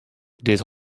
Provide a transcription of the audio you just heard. dit